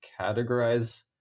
categorize